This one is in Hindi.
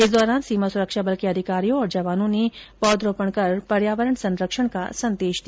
इस दौरान सीमा सुरक्षा बल के अधिकारियों और जवानों ने पौधरोपण कर पर्यावरण संरक्षण का संदेश दिया